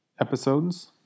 episodes